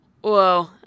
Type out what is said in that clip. whoa